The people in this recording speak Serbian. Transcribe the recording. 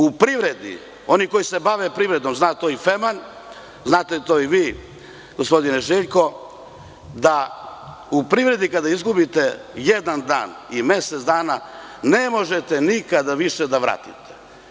U privredi, oni koji se bave privredom, zna to i Feman, znate to i vi gospodine Željko, da u privredi kada izgubite jedan dan i mesec dana ne možete nikada više da vratite.